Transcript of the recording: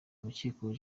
abakekwaho